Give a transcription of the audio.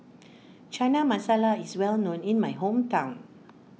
Chana Masala is well known in my hometown